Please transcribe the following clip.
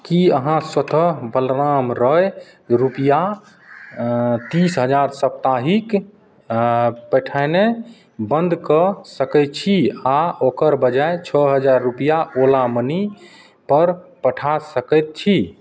कि अहाँ स्वतः बलराम रॉय रुपैआ तीस हजार साप्ताहिक पठेनाइ बन्द कऽ सकै छी आओर ओकर बजाय छओ हजार रुपैआ ओला मनीपर पठा सकै छी